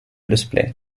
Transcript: display